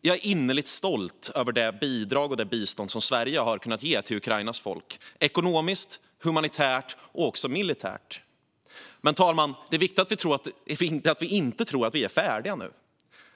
Jag är innerligt stolt över det bidrag och det bistånd som Sverige har kunnat ge till Ukrainas folk, ekonomiskt, humanitärt och också militärt. Men det är viktigt att vi inte tror att vi är färdiga nu.